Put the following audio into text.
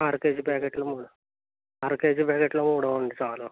అర కేజీ ప్యాకెట్లు మూడు ఆర కేజీ ప్యాకెట్లు ఒక మూడు ఇవ్వండి చాలు